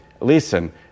Listen